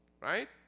right